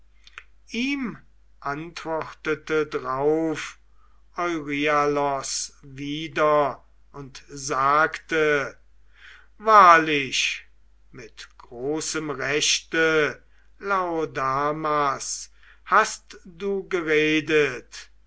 ihm antwortete drauf euryalos wieder und sagte wahrlich mit großem rechte laodamas hast du geredet